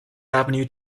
avenue